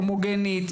הומוגנית,